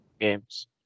games